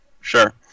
Sure